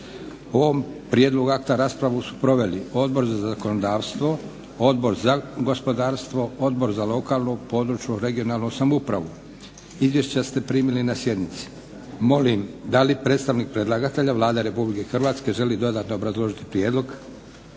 O ovom prijedlogu akta raspravu su proveli Odbor za zakonodavstvo, Odbor za gospodarstvo, Odbor za lokalnu, područnu (regionalnu) samoupravu. Izvješća ste primili na sjednici. Molim da li predstavnik predlagatelja Vlade Republike Hrvatske želi dodatno obrazložiti prijedlog?